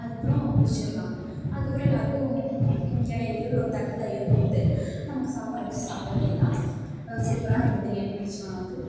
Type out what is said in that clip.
அதுக்கு அப்புறம் முடிச்சிடலாம் அதுக்கு அப்புறம் எல்லோருக்கும் இலைலேயோ தட்லேயோ போட்டு நமக்கு சாப்பாடு வச்சு சாப்பிட வேண்டியது தான் சூப்பராக அந்த பிரியாணி கெடைச்சிடும் நமக்கு